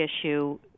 issue